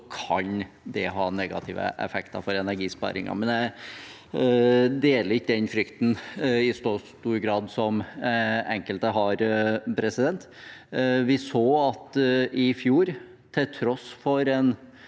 kan det ha negative effekter for energisparingen, men jeg deler ikke den frykten i så stor grad som enkelte. Vi så at i fjor, til tross for en